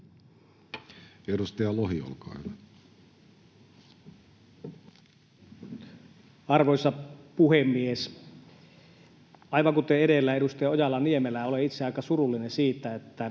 Edustaja Lohi, olkaa hyvä. Arvoisa puhemies! Aivan kuten edellä edustaja Ojala-Niemelä, olen itse aika surullinen siitä, että